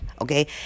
Okay